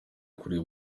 kureba